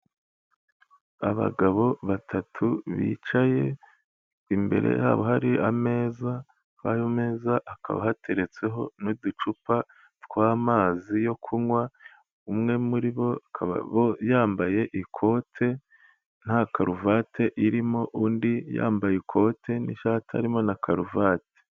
Abagabo batatu bicaye imbere y'abo hari ameza, kuri ayo meza hakaba hateretseho n'uducupa tw'amazi yo kunywa, umwe muri bo akaba yambaye ikote nta karuvati irimo undi yambaye ikote n'ishati arimo na karuvati.